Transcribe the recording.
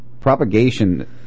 Propagation